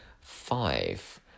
five